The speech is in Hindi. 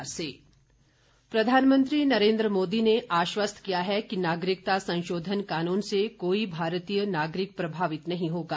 प्रधानमंत्री प्रधानमंत्री नरेन्द्र मोदी ने आश्वस्त किया है कि नागरिकता संशोधन कानून से कोई भारतीय नागरिक प्रभावित नहीं होगा